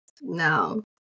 No